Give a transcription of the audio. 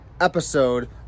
episode